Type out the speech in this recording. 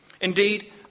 Indeed